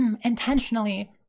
intentionally